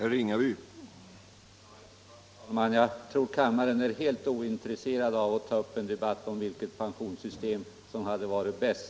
Herr talman! Jag tror att kammaren är helt ointresserad av att vid denna sena timme ta upp en debatt om vilket pensionssystem som varit bäst.